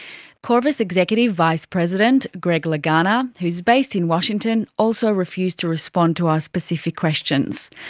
qorvis executive vice president, greg lagana, who's based in washington, also refused to respond to our specific questions.